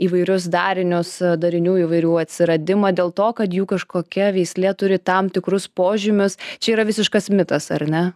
įvairius darinius darinių įvairių atsiradimą dėl to kad jų kažkokia veislė turi tam tikrus požymius čia yra visiškas mitas ar ne